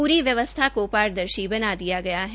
पूर व्यवस्था को पारदर्शी बना दिया गया है